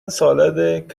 سالاد